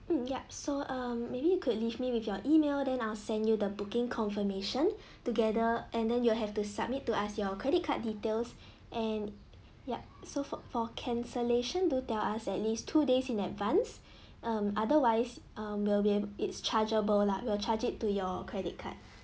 mm yup so um maybe you could leave me with your email then I'll send you the booking confirmation together and then you'll have to submit to us your credit card details and yup so for for cancellation do tell us at least two days in advance um otherwise um will be abl~ it's chargeable lah we'll charge it to your credit card